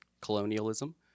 colonialism